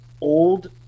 old